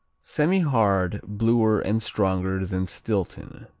semihard bluer and stronger than stilton.